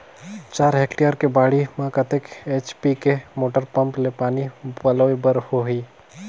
चार हेक्टेयर के बाड़ी म कतेक एच.पी के मोटर पम्म ले पानी पलोय बर होही?